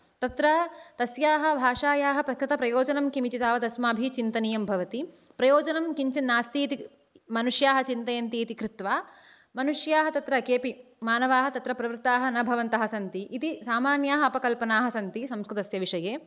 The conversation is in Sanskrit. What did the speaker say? तत्र तस्याः भाषायाः प्रकृतप्रयोजनं किम् इति तावत् अस्माभिः चिन्तनीयं भवति प्रयोजनं किञ्चिद् नास्ति इति मुनष्याः चिन्तयन्ति इति कृत्वा मनुष्याः तत्र केऽपि मानवाः तत्र प्रवृत्ताः न भवन्तः सन्ति इति सामन्याः अपल्पनाः सन्ति संस्कृतस्य विषये